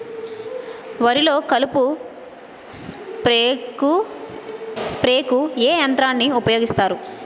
వరిలో కలుపు స్ప్రేకు ఏ యంత్రాన్ని ఊపాయోగిస్తారు?